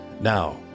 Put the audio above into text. Now